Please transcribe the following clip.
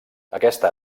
aquesta